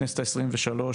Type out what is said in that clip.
בכנסת ה-23,